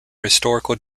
historical